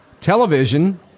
television